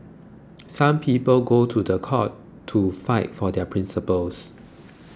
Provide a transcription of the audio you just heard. some people go to the court to fight for their principles